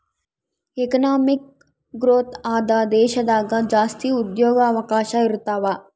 economic growth ಆದ ದೇಶದಾಗ ಜಾಸ್ತಿ ಉದ್ಯೋಗವಕಾಶ ಇರುತಾವೆ